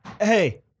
Hey